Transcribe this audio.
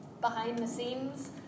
behind-the-scenes